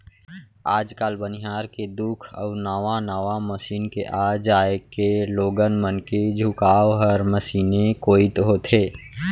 आज काल बनिहार के दुख अउ नावा नावा मसीन के आ जाए के लोगन मन के झुकाव हर मसीने कोइत होथे